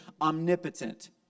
omnipotent